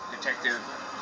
Detective